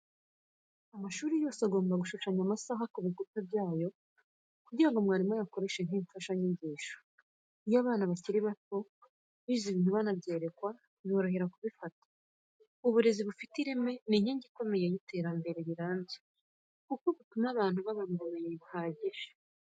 Amashuri yose agomba gushushanya amasaha ku bikuta byayo kugira ngo mwarimu ayakoreshe nk'imfashanyigisho. Iyo abana bakiri bato bize ibintu banabyerekwa biborohera kubifata. Uburezi bufite ireme ni inkingi ikomeye y’iterambere rirambye kuko butuma abantu babona ubumenyi buhagije.